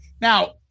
Now